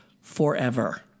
forever